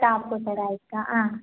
top ಥರ ಇತ್ತಾ ಆಂ